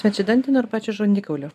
tai čia dantena ar pačio žandikaulio